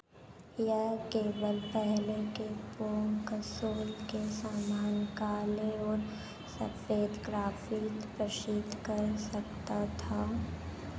यह केवल पहले के पोंग कंसोल के समान काले और सफ़ेद ग्राफिक्स कर सकता था